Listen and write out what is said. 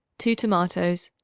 two tomatoes,